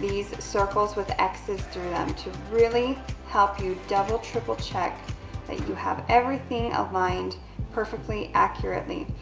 these circles with xs through them, to really help you double-triple check that you have everything aligned perfectly, accurately.